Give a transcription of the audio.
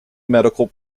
medical